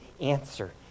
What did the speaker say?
answer